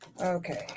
Okay